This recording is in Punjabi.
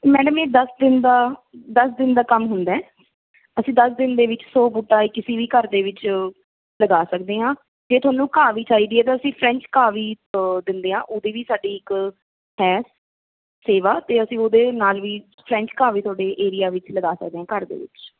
ਮੈਡਮ ਇਹ ਦਸ ਦਿਨ ਦਾ ਦਸ ਦਿਨ ਦਾ ਕੰਮ ਹੁੰਦਾ ਅਸੀਂ ਦਸ ਦਿਨ ਦੇ ਵਿੱਚ ਸੌ ਬੂਟਾ ਕਿਸੀ ਵੀ ਘਰ ਦੇ ਵਿੱਚ ਲਗਾ ਸਕਦੇ ਹਾਂ ਜੇ ਤੁਹਾਨੂੰ ਘਾਹ ਵੀ ਚਾਹੀਦੀ ਹੈ ਤਾਂ ਅਸੀਂ ਫਰੈਂਚ ਘਾਹ ਵੀ ਦਿੰਦੇ ਹਾਂ ਉਹਦੇ ਵੀ ਸਾਡੀ ਇੱਕ ਹੈ ਸੇਵਾ ਅਤੇ ਅਸੀਂ ਉਹਦੇ ਨਾਲ ਵੀ ਫਰੈਂਚ ਘਾਹ ਵੀ ਤੁਹਾਡੇ ਏਰੀਆ ਵਿੱਚ ਲਗਾ ਸਕਦੇ ਹਾਂ ਘਰ ਦੇ ਵਿੱਚ